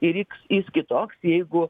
įvyks jis kitoks jeigu